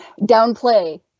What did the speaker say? downplay